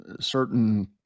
certain